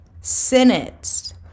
sentence